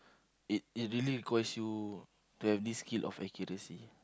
it it really requires you to have this skill of accuracy